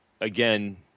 again